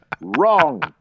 Wrong